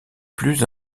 plus